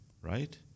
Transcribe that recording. right